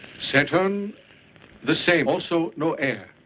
saturn the same, also no air.